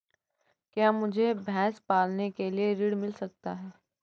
क्या मुझे भैंस पालने के लिए ऋण मिल सकता है?